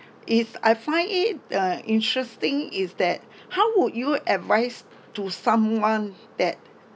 is I find it uh interesting is that how would you advice to someone that